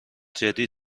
جدی